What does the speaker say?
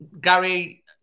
Gary